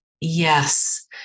Yes